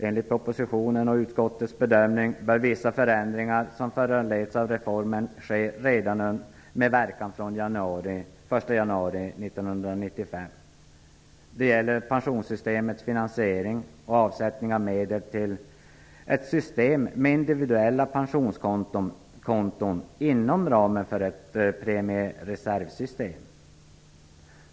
Enligt propositionen och utskottets bedömning bör vissa förändringar som föranleds av reformen ha sin verkan redan från den 1 januari 1995. Det gäller pensionssystemets finansiering och avsättning av medel till ett system med individuella pensionskonton inom ramen för ett premiereservsystem.